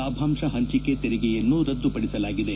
ಲಾಭಾಂಶ ಹಂಚಿಕೆ ತೆರಿಗೆಯನ್ನೂ ರದ್ದುಪದಿಸಲಾಗಿದೆ